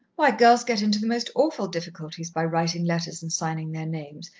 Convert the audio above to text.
why, girls get into the most awful difficulties by writing letters and signing their names,